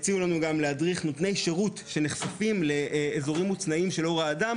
הציעו לנו גם להדריך נותני שירות שנחשפים לאזורים מוצנעים של עור האדם